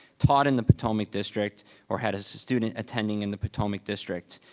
taught in the potomac district or had a student attending in the potomac district.